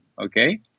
okay